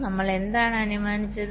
നമ്മൾ എന്താണ് അനുമാനിച്ചത്